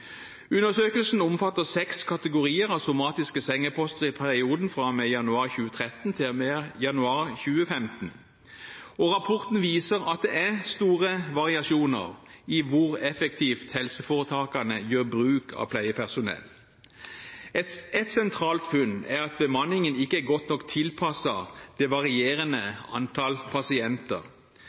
Undersøkelsen omfatter seks kategorier av somatiske sengeposter i perioden fra og med januar 2013 til og med januar 2015. Rapporten viser at det er store variasjoner i hvor effektivt helseforetakene gjør bruk av pleiepersonell. Et sentralt funn er at bemanningen ikke er godt nok tilpasset det varierende antallet pasienter.